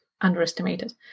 underestimated